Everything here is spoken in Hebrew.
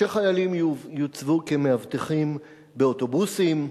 שחיילים יוצבו כמאבטחים באוטובוסים,